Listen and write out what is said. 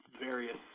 various